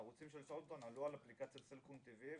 הערוצים של צ'רלטון עלו על אפליקציית סלקום TV,